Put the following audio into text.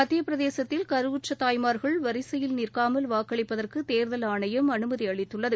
மத்திய பிரதேசத்தில் கருவுற்ற தாய்மார்கள் வரிசையில் நிற்காமல் வாக்களிப்பதற்கு தேர்தல் ஆணையம் அனுமதி அளித்துள்ளது